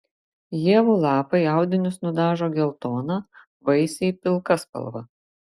ievų lapai audinius nudažo geltona vaisiai pilka spalva